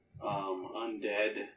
undead